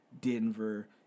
Denver